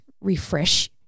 refresh